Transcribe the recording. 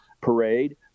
parade